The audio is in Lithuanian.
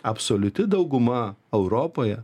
absoliuti dauguma europoje